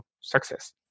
success